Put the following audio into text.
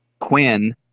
Quinn